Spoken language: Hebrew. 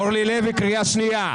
אורלי לוי, קריאה שנייה.